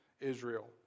Israel